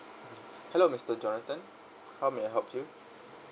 hello mister jonathan how may I help you